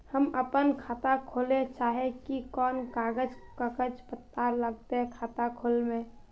हम अपन खाता खोले चाहे ही कोन कागज कागज पत्तार लगते खाता खोले में?